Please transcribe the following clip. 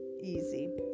easy